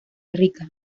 rica